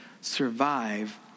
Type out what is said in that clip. survive